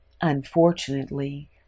Unfortunately